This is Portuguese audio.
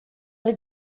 era